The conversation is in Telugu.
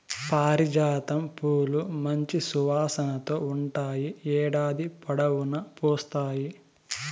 పారిజాతం పూలు మంచి సువాసనతో ఉంటాయి, ఏడాది పొడవునా పూస్తాయి